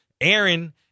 Aaron